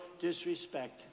disrespect